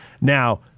Now